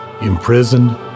imprisoned